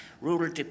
Rural